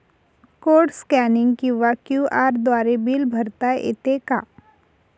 Code scanning किंवा QR द्वारे bill भरता येते का?